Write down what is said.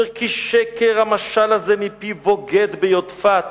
אומר: "כי שקר המשל הזה מפי בוגד ביודפת"